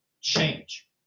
change